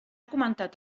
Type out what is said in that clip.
comentat